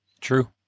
True